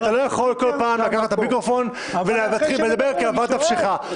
אתה לא יכול בכל פעם לקחת את המיקרופון ולהתחיל לדבר כאוות נפשך.